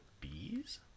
Bees